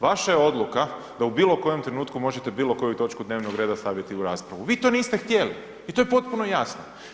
Vaša je odluka da u bilo kojem trenutku možete bilo koju točku dnevnog reda staviti u raspravu, vi to niste htjeli i to je potpuno jasno.